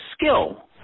skill